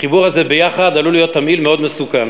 החיבור הזה עלול להיות תמהיל מאוד מסוכן.